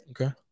Okay